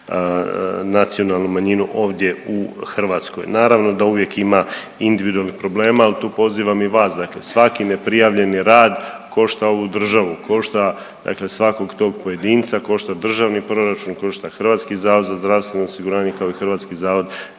nacionalnu manjinu ovdje u Hrvatskoj. Naravno da uvijek ima individualnih problema, al tu pozivam i vas dakle svaki neprijavljeni rad košta ovu državu, košta dakle svakog tog pojedinca, košta državni proračun, košta HZZO, kao i HZMO. Tu moramo djelovati jedinstveno i upravo zbog